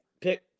pick